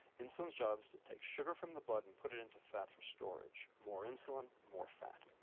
insulin's job is to take sugar from the blood and put it into fat for storage, more insulin more fat.